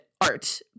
art